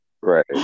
right